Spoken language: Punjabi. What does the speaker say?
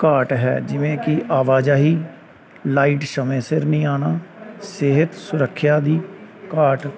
ਘਾਟ ਹੈ ਜਿਵੇਂ ਕਿ ਆਵਾਜਾਈ ਲਾਈਟ ਸਮੇਂ ਸਿਰ ਨਹੀਂ ਆਉਣਾ ਸਿਹਤ ਸੁਰੱਖਿਆ ਦੀ ਘਾਟ